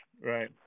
Right